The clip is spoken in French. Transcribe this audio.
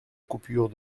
coupure